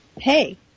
hey